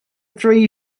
three